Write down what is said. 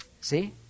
See